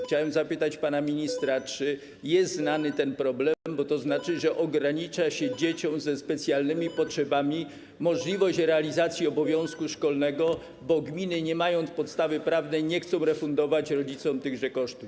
Chciałem zapytać pana ministra, czy jest znany ten problem, bo to znaczy, że ogranicza się dzieciom ze specjalnymi potrzebami możliwość realizacji obowiązku szkolnego, bo gminy, nie mając podstawy prawnej, nie chcą refundować rodzicom tych kosztów.